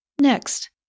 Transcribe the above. Next